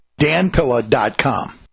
danpilla.com